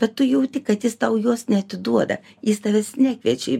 bet tu jauti kad jis tau jos neatiduoda jis tavęs nekviečia į